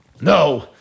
No